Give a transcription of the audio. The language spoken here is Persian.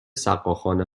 سقاخانه